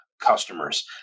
customers